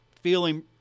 feeling